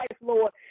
Lord